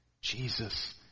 Jesus